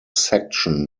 section